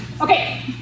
Okay